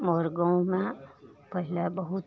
हमर गाँवमे पहिले बहुत